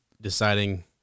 deciding